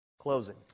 closing